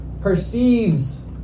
perceives